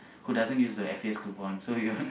who doesn't use the F_A_S coupon so we will